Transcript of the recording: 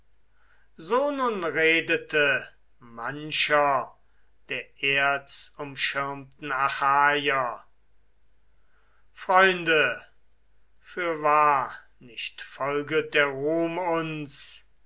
nun redete mancher der erz schirmten achaja freunde fürwahr nicht folget der ruhm uns